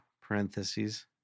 Parentheses